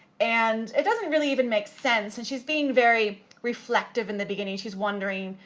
and it doesn't really even make sense, and she's being very reflective in the beginning she's wondering,